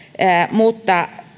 mutta